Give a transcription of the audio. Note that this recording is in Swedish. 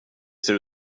ser